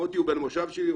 מוטי הוא בן מושב שלי,